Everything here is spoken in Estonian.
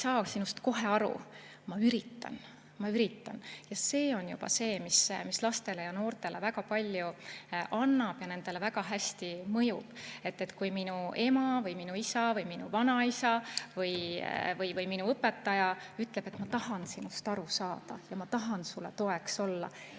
saa sinust kohe aru, ma üritan. Ma üritan. Ja see on juba see, mis lastele ja noortele väga palju annab ja nendele väga hästi mõjub. Kui minu ema või minu isa või minu vanaisa või minu õpetaja ütleb, et ma tahan sinust aru saada ja ma tahan sulle toeks olla,